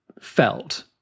felt